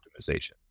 optimization